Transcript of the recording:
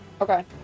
Okay